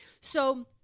So-